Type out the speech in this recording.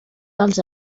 dels